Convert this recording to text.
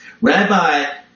Rabbi